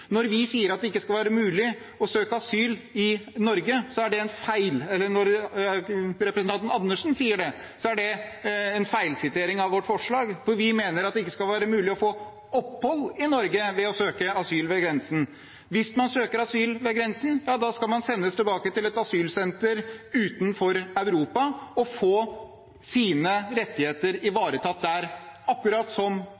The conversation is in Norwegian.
Når representanten Andersen sier at vi sier at det ikke skal være mulig å søke asyl i Norge, er det en feilsitering av vårt forslag, for vi mener at det ikke skal være mulig å få opphold i Norge ved å søke asyl ved grensen. Hvis man søker asyl ved grensen, skal man sendes tilbake til et asylsenter utenfor Europa og få sine rettigheter